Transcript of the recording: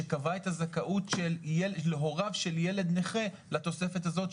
שקבע את הזכאות להוריו של ילד נכה לתוספת הזאת,